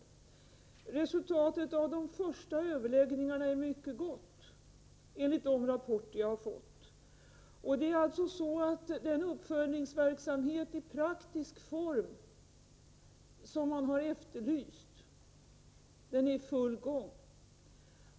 Resultatet av de första överläggningarna är mycket gott enligt de rapporter som jag har fått. Det är så att den uppföljningsverksamhet i praktisk form som man har efterlyst är i full gång.